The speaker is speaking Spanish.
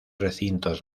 recintos